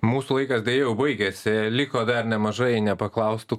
mūsų laikas deja jau baigėsi liko dar nemažai nepaklaustų